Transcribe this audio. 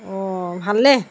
অঁ ভালনে